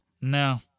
No